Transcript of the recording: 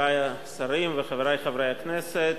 חברי כנסת